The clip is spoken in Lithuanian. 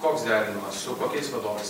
koks derinimas su kokiais vadovais